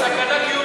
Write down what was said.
זה סכנה קיומית.